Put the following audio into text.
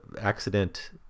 accident